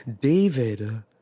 David